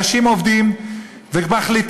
אנשים עובדים ומחליטים,